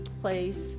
place